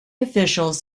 officials